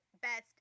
best